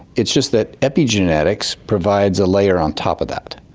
it's just that epigenetics provides a layer on top of that,